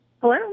Hello